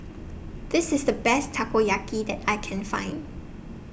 This IS The Best Takoyaki that I Can Find